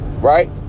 right